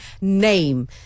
name